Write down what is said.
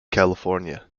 california